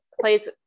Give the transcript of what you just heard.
plays